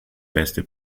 beste